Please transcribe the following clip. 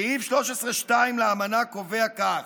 סעיף 13(2) לאמנה קובע כך,